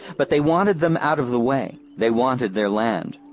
but they wanted them out of the way they wanted their land.